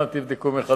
אנא תבדקו מחדש.